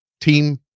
team